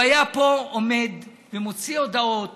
הוא היה פה עומד ומוציא הודעות